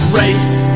race